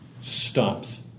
stops